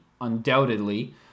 undoubtedly—